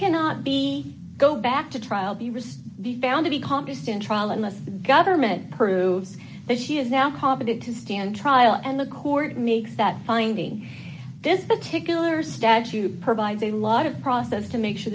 cannot be go back to trial be wrist be found economist in trial unless the government proves that she is now competent to stand trial and the court makes that finding this particular statute provides a lot of process to make sure